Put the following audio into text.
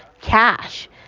Cash